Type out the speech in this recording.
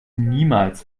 niemals